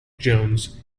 jones